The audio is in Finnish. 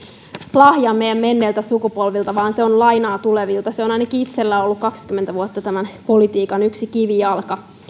lahja meidän menneiltä sukupolviltamme vaan se on lainaa tulevilta se on ainakin itselläni ollut kaksikymmentä vuotta politiikan yksi kivijalka